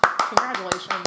Congratulations